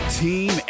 team